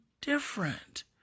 different